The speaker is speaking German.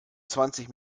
zwanzig